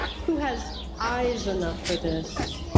who has eyes enough for this?